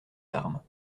larmes